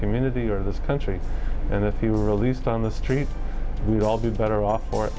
community or this country and if he were released on the streets we'd all be better off for it